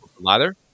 ladder